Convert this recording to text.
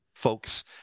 folks